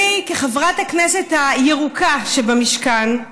כחברת הכנסת הירוקה שבמשכן,